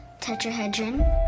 tetrahedron